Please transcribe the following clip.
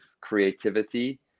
creativity